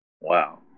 wow